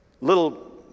little